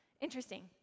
Interesting